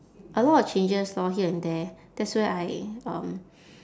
a lot of changes lor here and there that's where I um